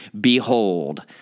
behold